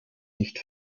nicht